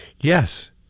Yes